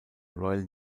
royal